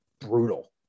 brutal